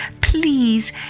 Please